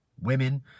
Women